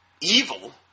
evil